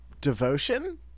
devotion